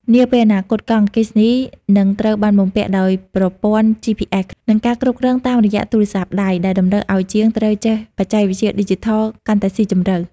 នាពេលអនាគត កង់អគ្គិសនីនឹងត្រូវបានបំពាក់ដោយប្រព័ន្ធ GPS និងការគ្រប់គ្រងតាមរយៈទូរស័ព្ទដៃ ដែលតម្រូវឱ្យជាងត្រូវចេះបច្ចេកវិទ្យាឌីជីថលកាន់តែស៊ីជម្រៅ។